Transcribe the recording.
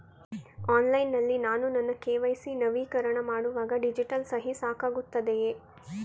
Online ನಲ್ಲಿ ನಾನು ನನ್ನ ಕೆ.ವೈ.ಸಿ ನವೀಕರಣ ಮಾಡುವಾಗ ಡಿಜಿಟಲ್ ಸಹಿ ಸಾಕಾಗುತ್ತದೆಯೇ?